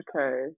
Okay